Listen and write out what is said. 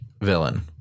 villain